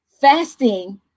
Fasting